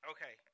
Okay